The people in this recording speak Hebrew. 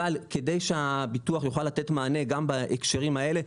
אבל כדי שהביטוח יוכל לתת מענה גם בהקשרים האלה,